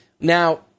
Now